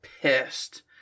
pissed